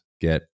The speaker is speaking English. get